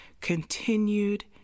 continued